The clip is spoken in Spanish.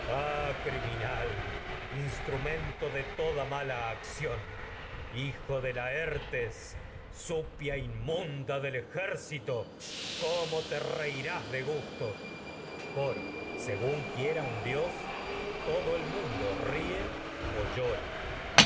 criminal instrumento de toda mala acción cómo te hijo laertes gusto zupia inmunda del ejército reirás de coro segiín quiera áyax lio un dios todo el mundo ríe aunque o llora